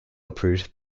approved